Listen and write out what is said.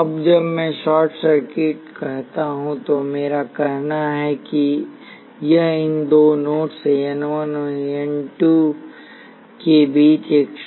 अब जब मैं शॉर्ट सर्किट कहता हूं तो मेरा कहना है कि यह इन दो नोड्स n 1 और n 2 के बीच एक शॉर्ट सर्किट है